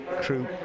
crew